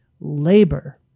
labor